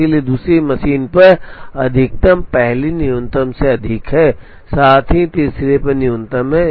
इसलिए दूसरी मशीन पर अधिकतम पहली पर न्यूनतम से अधिक है साथ ही तीसरे पर न्यूनतम है